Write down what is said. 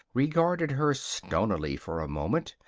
regarded her stonily for a moment,